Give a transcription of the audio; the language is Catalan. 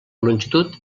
longitud